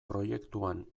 proiektuan